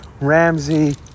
Ramsey